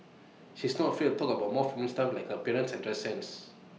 she is not afraid to talk about more feminine stuff like her appearance and dress sense